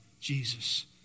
Jesus